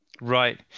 Right